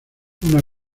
una